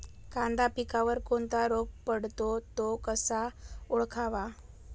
कांदा पिकावर कोणता रोग पडतो? तो कसा ओळखावा?